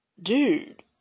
dude